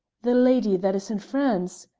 the lady that is in france.